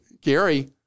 Gary